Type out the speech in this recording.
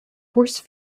force